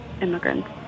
immigrants